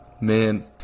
man